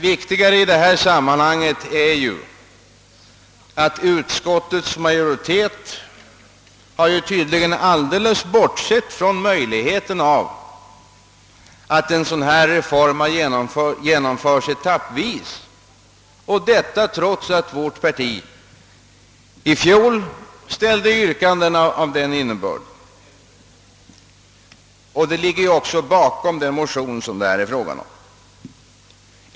Viktigare i detta sammanhang är att utskottets majoritet tydligen alldeles har bortsett från möjligheten av att denna reform genomföres etappvis, detta trots att vårt parti i fjol ställde yrkande av denna innebörd. Detta yrkande ligger också bakom den motion det här är fråga om.